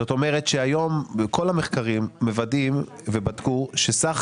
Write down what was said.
זאת אומרת שהיום כל המחקרים מוודאים ובדקו שסך